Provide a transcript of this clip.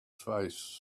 face